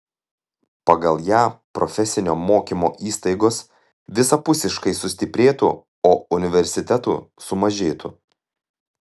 pagal ją profesinio mokymo įstaigos visapusiškai sustiprėtų o universitetų sumažėtų